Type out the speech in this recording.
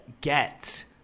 get